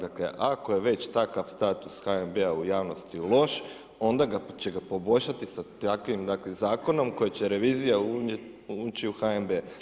Dakle, ako je već takav status HNB-a u javnosti loš, onda će ga poboljšati sa takvim dakle zakonom kojim će revizija ući u HNB.